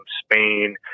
Spain